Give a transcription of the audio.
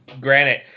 granted